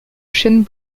chêne